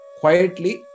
quietly